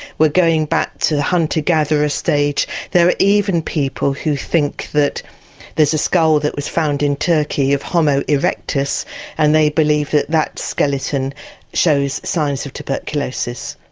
we're going back to the hunter gatherer ah there are even people who think that there's a skull that was found in turkey of homo erectus and they believe that that skeleton shows signs of tuberculosis.